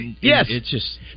Yes